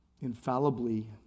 infallibly